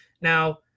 Now